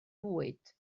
bwyd